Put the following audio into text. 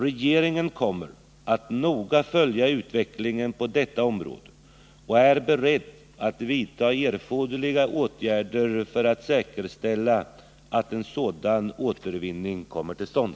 Regeringen kommer att noga följa utvecklingen på detta område och är beredd att vidta erforderliga åtgärder för att säkerställa att en sådan återvinning kommer till stånd.